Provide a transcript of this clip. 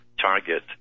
target